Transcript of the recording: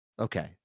Okay